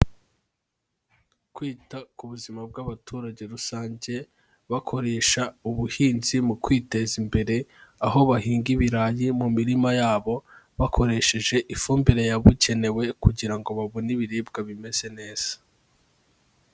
Kwita ku buzima bw'abaturage rusange, bakoresha ubuhinzi mu kwiteza imbere, aho bahinga ibirayi mu mirima yabo bakoresheje ifumbire yabugenewe kugira ngo babone ibiribwa bimeze neza.